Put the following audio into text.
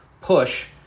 push